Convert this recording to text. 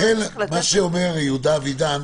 שאומר יהודה אבידן,